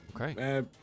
Okay